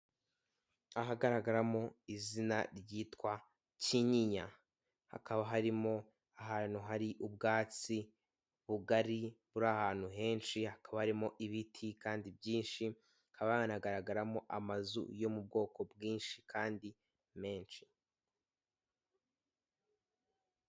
Ahagaragaramo izina ryitwa Kinyinya, hakaba harimo ahantu hari ubwatsi bugari, buri ahantu henshi, hakaba harimo ibiti kandi byinshi, hakaba hanagaragaramo amazu yo mu bwoko bwinshi kandi menshi.